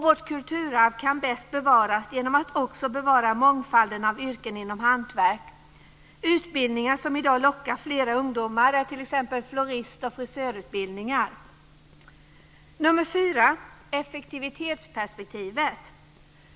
Vårt kulturarv kan bäst bevaras bl.a. genom att mångfalden av yrken inom hantverk bevaras. Utbildningar som i dag lockar flera ungdomar är frisör och floristutbildningar. Det gäller för det fjärde effektivitetsperspektivet.